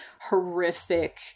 horrific